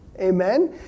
Amen